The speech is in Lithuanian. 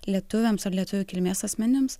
lietuviams ar lietuvių kilmės asmenims